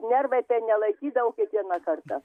nervai nelaikydavo kiekvieną kartą